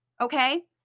Okay